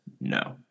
no